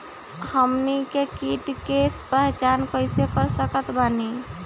हमनी के कीट के पहचान कइसे कर सकत बानी?